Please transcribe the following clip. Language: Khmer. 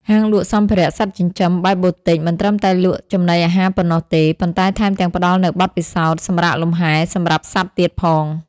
ហាងលក់សម្ភារៈសត្វចិញ្ចឹមបែប Boutique មិនត្រឹមតែលក់ចំណីអាហារប៉ុណ្ណោះទេ ប៉ុន្តែថែមទាំងផ្ដល់នូវបទពិសោធន៍សម្រាកលំហែ សម្រាប់សត្វទៀតផង។